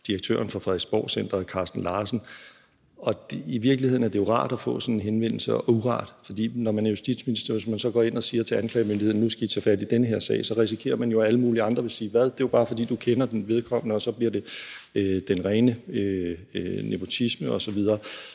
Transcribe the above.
direktøren for FrederiksborgCentret, Carsten Larsen. I virkeligheden er det både rart og ikke rart at få sådan en henvendelse, for når man er justitsminister, og hvis man så går ind og siger til anklagemyndigheden, at nu skal de tage fat i den her sag, så risikerer man, at alle mulige andre vil sige: Det er jo bare, fordi du kender vedkommende. Og så bliver det den rene nepotisme osv.